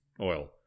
oil